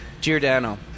Giordano